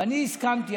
ואני הסכמתי,